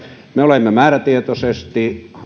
me olemme määrätietoisesti